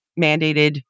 mandated